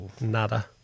Nada